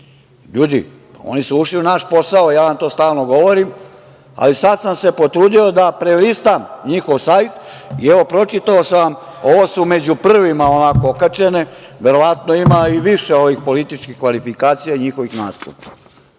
krivi. Ljudi, oni su ušli u naš posao. Ja vam to stalno govorim, ali sada sam se potrudio da prelistam njihov sajt i pročitao sam, ovo su među prvima okačili, verovatno ima i više ovih političkih kvalifikacija i njihovih nastupa.